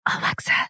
Alexa